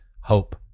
hope